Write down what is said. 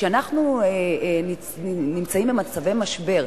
כשאנחנו נמצאים במצבי משבר,